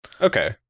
Okay